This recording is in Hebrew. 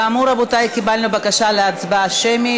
כאמור, רבותיי, קיבלנו בקשה להצבעה שמית.